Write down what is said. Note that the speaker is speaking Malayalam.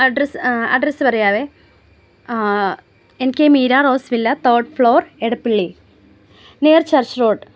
അഡ്രസ്സ് അഡ്രസ്സ് പറയാമേ N K Meera Rose Villa third floor Edappally near church road